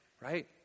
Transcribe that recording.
right